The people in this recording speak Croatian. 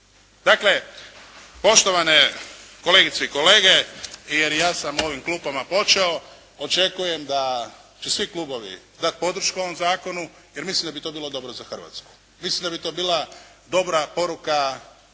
Dakle, poštovane kolegice i kolege jer i ja sam u ovim klupama počeo, očekujem da će svi klubovi dati podršku ovom zakonu jer mislim da bi to bilo dobro za Hrvatsku. Mislim da bi to bila dobra poruka i svjetskoj